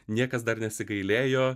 niekas dar nesigailėjo